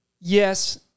yes